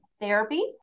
therapy